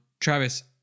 Travis